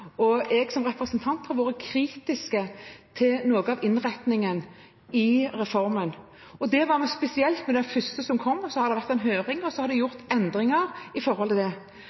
og jeg som representant har vært kritiske til noe av innretningen i reformen. Det var vel spesielt til den første som kom, så har det vært en høring, og så er det gjort endringer i forhold til det.